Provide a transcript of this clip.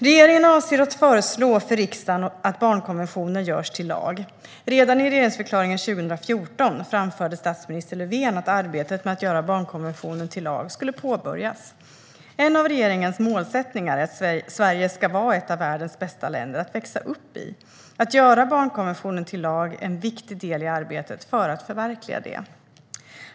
Regeringen avser att föreslå för riksdagen att barnkonventionen ska göras till lag. Redan i regeringsförklaringen 2014 framförde statsminister Löfven att arbetet med att göra barnkonventionen till lag skulle påbörjas. En av regeringens målsättningar är att Sverige ska vara ett av världens bästa länder att växa upp i. Att göra barnkonventionen till lag är en viktig del i arbetet för att förverkliga det.